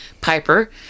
Piper